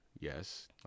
yes